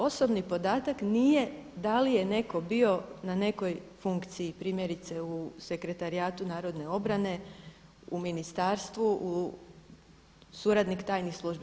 Osobni podatak nije da li je netko bio na nekoj funkciji primjerice u sekretarijatu narodne obrane, u ministarstvu suradnik tajnih službi.